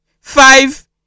Five